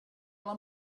alla